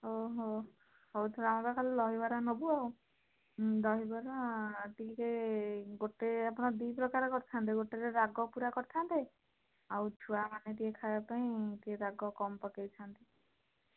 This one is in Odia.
ଆମେ ଖାଲି ଦହିବରା ନେବୁ ଆଉ ଦହିବରା ଟିକିଏ ଗୋଟେ ଆପଣ ଦୁଇ ପ୍ରକାର କରିଥାନ୍ତେ ଗୋଟେରେ ରାଗ ପୁରା କରିଥାନ୍ତେ ଆଉ ଛୁଆମାନେ ଟିକିଏ ଖାଇବା ପାଇଁ ଟିକିଏ ରାଗ କମ୍ ପକାଇଥାନ୍ତେ